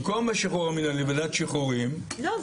במקום בשחרור מינהלי, לוועדת שחרורים --- לא.